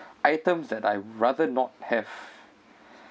items that I rather not have